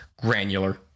granular